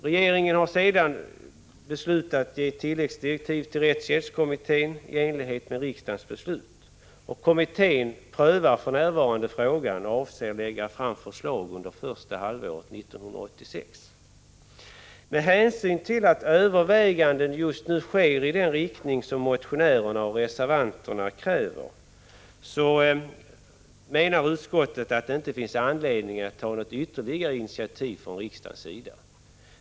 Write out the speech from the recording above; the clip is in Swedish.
Regeringen har sedan beslutat ge tilläggsdirektiv till rättshjälpskommittén i enlighet med riksdagens beslut, och kommittén prövar för närvarande frågan och avser lägga fram förslag under första halvåret 1986. Med hänsyn till att överväganden nu sker i den riktning som motionärerna och reservanterna kräver menar utskottet att det inte finns anledning att ta något ytterligare initiativ från riksdagens sida.